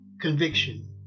conviction